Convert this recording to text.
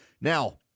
now